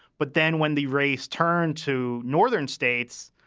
but then when the race turned to northern states,